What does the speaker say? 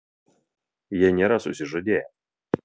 jie nėra susižadėję